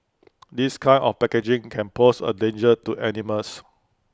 this kind of packaging can pose A danger to animals